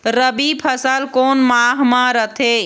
रबी फसल कोन माह म रथे?